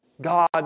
God